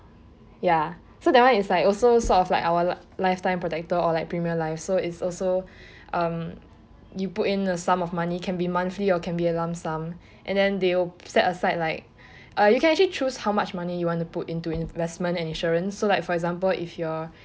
ya so that one is like also sort of like our li~ lifetime protector or like premium life so it's also um you put in a sum of money can be monthly or can be a lump sum and then they will set aside like uh you can actually choose how much money you want to put into investment and insurance so like for example if your